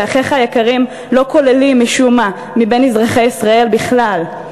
שאחיך היקרים לא כוללים משום מה בין אזרחי ישראל בכלל,